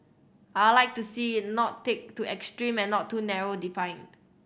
I'd like to see it not take to extreme and not too narrow defined